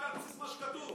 רק על בסיס מה שכתוב.